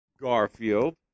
Garfield